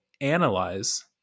analyze